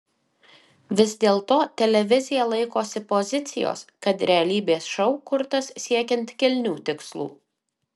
vis dėlto televizija laikosi pozicijos kad realybės šou kurtas siekiant kilnių tikslų